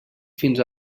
fins